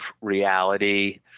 reality